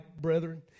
brethren